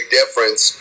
difference